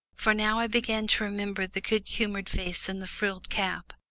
for now i began to remember the good-humoured face in the frilled cap,